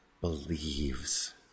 believes